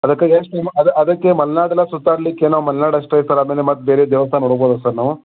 ಅದಕ್ಕಾಗಿ ಎಷ್ಟು ನಿಮ್ಮ ಅದಕ್ಕೆ ಮಲೆನಾಡೆಲ್ಲ ಸುತ್ತಾಡಲಿಕ್ಕೆ ನಾವು ಮಲ್ನಾಡು ಅಷ್ಟೇ ಸರ್ ಆಮೇಲೆ ಮತ್ತೆ ಬೇರೆ ದೇವಸ್ಥಾನ ಹೋಗ್ಬೋದಾ ಸರ್ ನಾವು